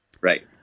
Right